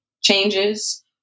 changes